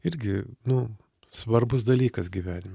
irgi nu svarbus dalykas gyvenime